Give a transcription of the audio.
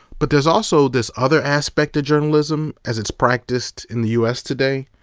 but there's also this other aspect of journalism, as it's practiced in the u s. today,